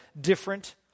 different